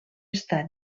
està